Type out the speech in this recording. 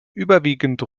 überwiegend